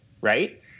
Right